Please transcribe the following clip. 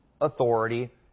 authority